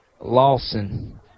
Lawson